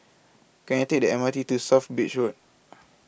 Can I Take The M R T to South Bridge Road